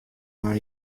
mar